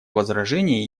возражений